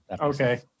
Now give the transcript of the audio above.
Okay